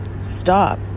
stop